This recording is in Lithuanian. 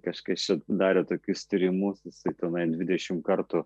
kažkas čia darė tokius tyrimus jisai tenai dvidešimt kartų